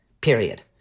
period